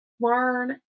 Learn